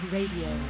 Radio